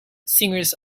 singers